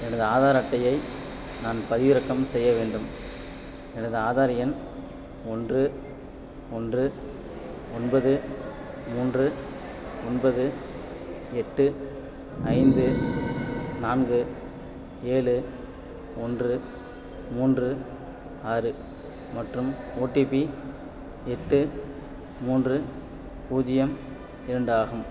எனது ஆதார் அட்டையை நான் பதிவிறக்கம் செய்ய வேண்டும் எனது ஆதார் எண் ஒன்று ஒன்று ஒன்பது மூன்று ஒன்பது எட்டு ஐந்து நான்கு ஏழு ஒன்று மூன்று ஆறு மற்றும் ஓடிபி எட்டு மூன்று பூஜ்யம் இரண்டு ஆகும்